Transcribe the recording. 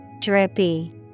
Drippy